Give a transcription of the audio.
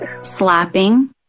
slapping